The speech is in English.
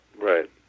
right